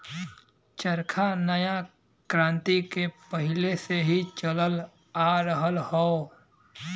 चरखा नया क्रांति के पहिले से ही चलल आ रहल हौ